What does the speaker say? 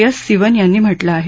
S Sivan यांनी म्हटलं आहे